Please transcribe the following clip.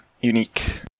unique